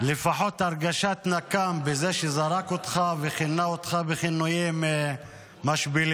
לפחות הרגשת נקם בזה שזרק אותך וכינה אותך בכינויים משפילים.